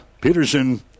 Peterson